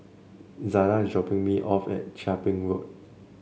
Zada is dropping me off at Chia Ping Road